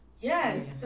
Yes